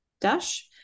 Dash